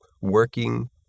working